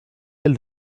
elle